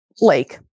lake